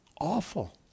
awful